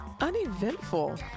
uneventful